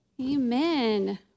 Amen